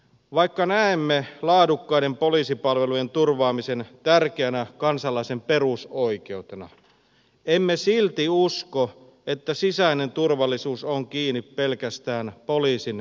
vaikka näemme laadukkaiden poliisipalvelujen turvaamisen tärkeänä kansalaisen perusoikeutena emme silti usko että sisäinen turvallisuus on kiinni pelkästään poliisin resursseista